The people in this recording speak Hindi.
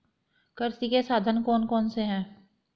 कृषि के साधन कौन कौन से हैं?